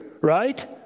right